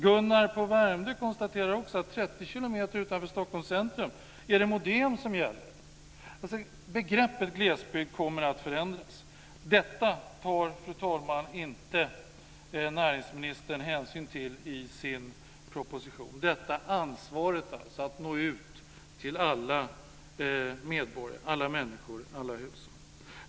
Gunnar på Värmdö konstaterar också att det 30 kilometer utanför Stockholms centrum är modem som gäller. Begreppet glesbygd kommer att förändras. Detta tar, fru talman, näringsministern inte hänsyn till i sin proposition. Jag talar om ansvaret att nå ut till alla medborgare, alla människor och alla hushåll.